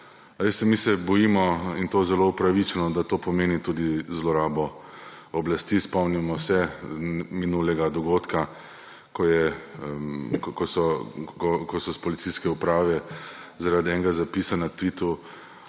Mi se bojimo, in to zelo upravičeno, da to pomeni tudi zlorabo oblasti. Spomnimo se minulega dogodka, ko so iz policijske uprave zaradi enega zapisa na